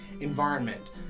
environment